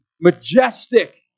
majestic